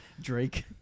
Drake